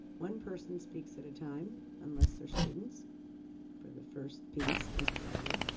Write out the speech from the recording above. one person speaks at a time unless they're students for the first piece mr. ali